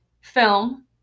film